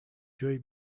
جایی